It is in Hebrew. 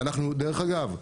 דרך אגב,